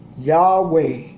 Yahweh